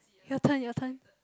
your turn your turn